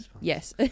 yes